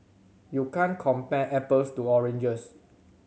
you can't compare apples to oranges